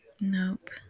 Nope